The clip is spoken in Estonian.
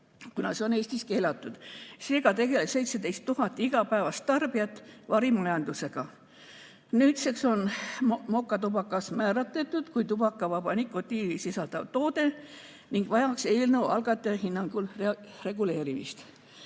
kuna see on Eestis keelatud. Seega tegeles 17 000 igapäevast tarbijat varimajandusega. Nüüdseks on mokatubakas määratletud kui tubakavaba nikotiini sisaldav toode ning vajaks eelnõu algataja hinnangul reguleerimist.